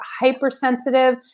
hypersensitive